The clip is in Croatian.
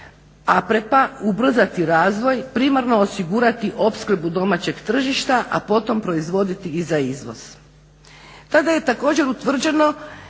APREP-a ubrzati razvoj primarno osigurati opskrbu domaćeg tržišta a potom proizvoditi i za izvoz. Tada je također utvrđeno